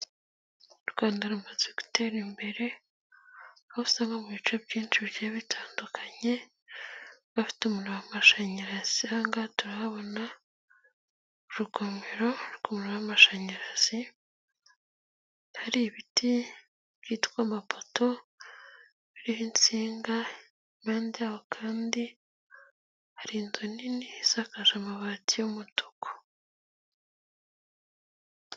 U Rwanda rumaze gutera imbere aho usanga mu bice byinshi bitandukanye bafite umuriro w'amashanyara, ahangaha turahabona urugomero rw'umuriro wamashanyarazi hari ibiti byitwa amapoto biriho insinga kandi hari inzu nini isakaje amabati y'umutuku.